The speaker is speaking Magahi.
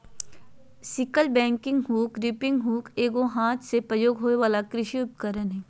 sickle bagging hook, reaping hook एगो हाथ से प्रयोग होबे वला कृषि उपकरण हइ